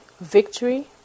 victory